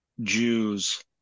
Jews